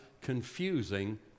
confusing